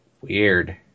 Weird